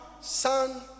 Son